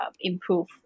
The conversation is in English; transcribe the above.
improve